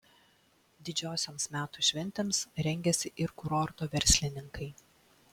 didžiosioms metų šventėms rengiasi ir kurorto verslininkai